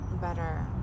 better